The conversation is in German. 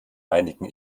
einigen